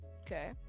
Okay